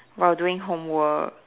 while doing homework